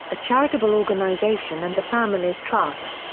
a charitable organization and the families' trust.